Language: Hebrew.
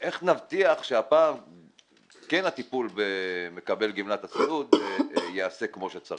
איך נבטיח שהפעם הטיפול במקבל גמלת הסיעוד ייעשה כמו שצריך?